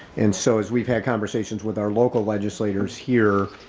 and so as we've had conversations with our local legislators here,